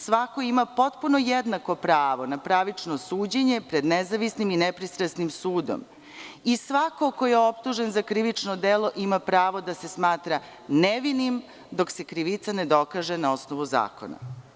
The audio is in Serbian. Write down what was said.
Svako ima potpuno jednako pravo na pravično suđenje pred nezavisnim i nepristrasnim sudom i svako ko je optužen za krivično delo ima pravo da se smatra nevinim dok se krivica ne dokaže na osnovu zakona.